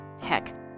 Heck